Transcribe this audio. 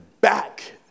back